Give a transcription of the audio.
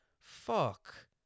Fuck